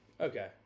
Okay